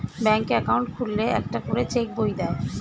ব্যাঙ্কে অ্যাকাউন্ট খুললে একটা করে চেক বই দেয়